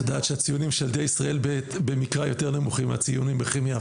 ואת יודעת שהציונים של ילדי ישראל במקרא יותר נמוכים מהציונים בכימיה?